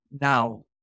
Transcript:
now